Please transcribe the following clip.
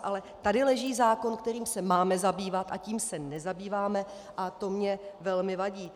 Ale tady leží zákon, kterým se máme zabývat, a tím se nezabýváme a to mně velmi vadí.